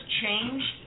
changed